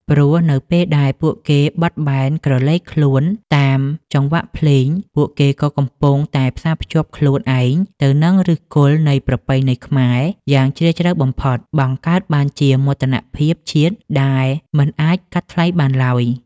ព្រោះនៅពេលដែលពួកគេបត់បែនក្រឡេកខ្លួនតាមចង្វាក់ភ្លេង ពួកគេក៏កំពុងតែផ្សារភ្ជាប់ខ្លួនឯងទៅនឹងឫសគល់នៃប្រពៃណីខ្មែរយ៉ាងជ្រាលជ្រៅបំផុត បង្កើតបានជាមោទនភាពជាតិដែលមិនអាចកាត់ថ្លៃបានឡើយ។